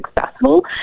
successful